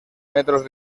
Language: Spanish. metros